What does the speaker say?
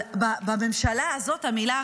אבל בממשלה הזאת המילה אחריות,